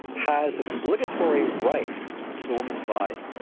has an obligatory right to the women's body.